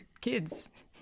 kids